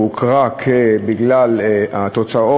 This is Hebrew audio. והיא הוכרה בגלל התוצאות,